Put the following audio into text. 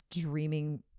dreaming